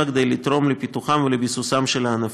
כדי לתרום לפיתוחם ולביסוסם של הענפים,